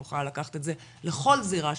אני יכולה לקחת את זה לכל זירה שיבחרו.